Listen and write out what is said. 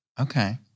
Okay